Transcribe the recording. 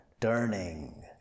turning